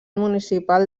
municipal